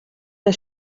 der